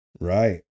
Right